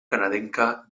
canadenca